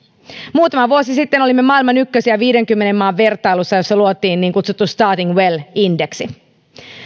muutama vuosi sitten olimme maailman ykkösiä viidenkymmenen maan vertailussa jossa luotiin niin kutsuttu starting well indeksi